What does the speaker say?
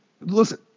Listen